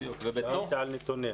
לגבי הנתונים.